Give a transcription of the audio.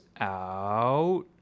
out